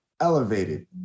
elevated